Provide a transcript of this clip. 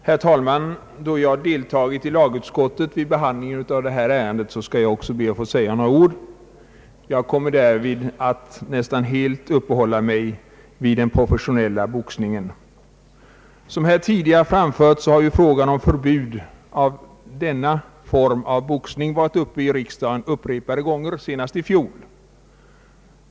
Herr talman! Då jag deltagit i lagutskottets behandling av detta ärende skall jag också be att få säga några ord. Jag kommer därvid att nästan helt uppehålla mig vid den professionella boxningen. Som här tidigare framhållits har frågan om förbud mot denna form av boxning varit uppe i riksdagen upprepade gånger, senast i fjol.